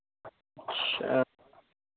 अच्छा